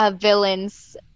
villains